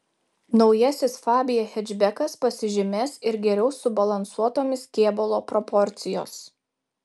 naujasis fabia hečbekas pasižymės ir geriau subalansuotomis kėbulo proporcijos